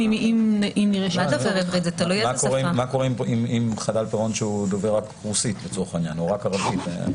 מה קורה עם חייב שדובר רק רוסית או רק ערבית?